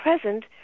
present